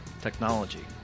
technology